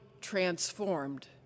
transformed